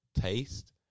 Taste